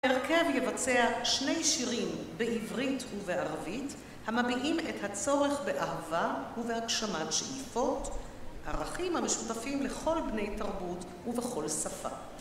ההרכב יבצע שני שירים בעברית ובערבית המביעים את הצורך באהבה ובהגשמת שאיפות, ערכים המשותפים לכל בני תרבות ובכל שפה